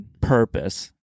Purpose